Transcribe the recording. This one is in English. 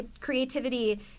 Creativity